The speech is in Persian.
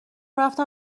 رفتم